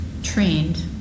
trained